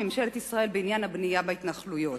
ממשלת ישראל בעניין הבנייה בהתנחלויות.